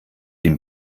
den